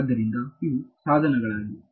ಆದ್ದರಿಂದ ಇವು ಸಾಧನಗಳಾಗಿವೆ